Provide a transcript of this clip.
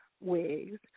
wigs